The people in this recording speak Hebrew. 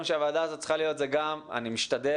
שהוועדה הזאת צריכה להיות ואני משתדל,